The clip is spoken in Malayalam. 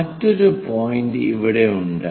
മറ്റൊരു പോയിന്റ് ഇവിടെയുണ്ട്